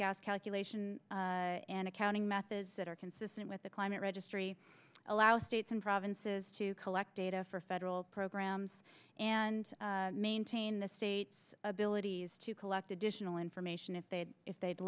gas calculation and accounting methods that are consistent with the climate registry allows states and provinces to collect data for federal programs and maintain the state's abilities to collect additional information if they if they'd